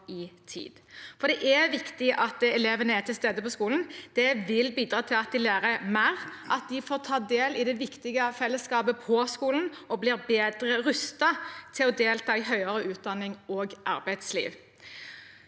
Det er viktig at elevene er til stede på skolen. Det vil bidra til at de lærer mer, at de får ta del i det viktige fellesskapet på skolen og blir bedre rustet til å delta i høyere utdanning og i arbeidsliv.